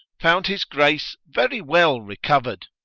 found his grace very well recover'd.